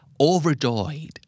overjoyed